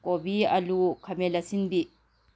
ꯀꯣꯕꯤ ꯑꯥꯂꯨ ꯈꯥꯃꯦꯟ ꯑꯁꯤꯟꯕꯤ